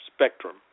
spectrum